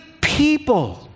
people